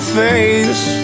face